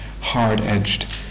hard-edged